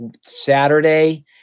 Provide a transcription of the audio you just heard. Saturday